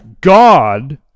God